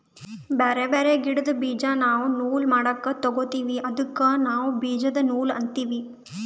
ಬ್ಯಾರೆ ಬ್ಯಾರೆ ಗಿಡ್ದ್ ಬೀಜಾ ನಾವ್ ನೂಲ್ ಮಾಡಕ್ ತೊಗೋತೀವಿ ಅದಕ್ಕ ನಾವ್ ಬೀಜದ ನೂಲ್ ಅಂತೀವಿ